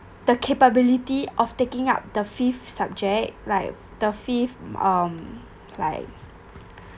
the capability of taking up the fifth subject like the fifth um like